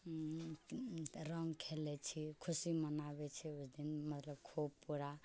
रङ्ग खेलै छी खुशी मनाबै छी ओहि दिन मतलब खूब पूरा